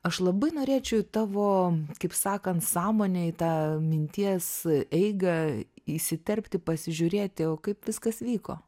aš labai norėčiau į tavo kaip sakant sąmonę į tą minties eigą įsiterpti pasižiūrėti o kaip viskas vyko